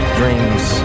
dreams